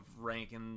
ranking